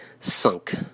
sunk